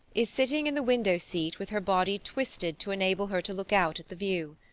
is sitting in the window-seat with her body twisted to enable her to look out at the view.